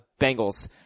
Bengals